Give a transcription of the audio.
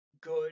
good